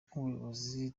nk’ubuyobozi